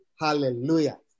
Hallelujah